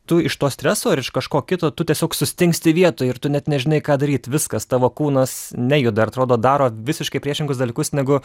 tu iš to streso ar iš kažko kito tu tiesiog sustingsti vietoj ir tu net nežinai ką daryt viskas tavo kūnas nejuda ir atrodo daro visiškai priešingus dalykus negu